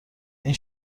این